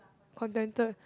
contented